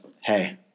hey